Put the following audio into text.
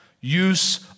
use